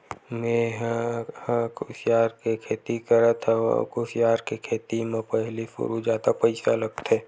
मेंहा ह कुसियार के खेती करत हँव अउ कुसियार के खेती म पहिली सुरु जादा पइसा लगथे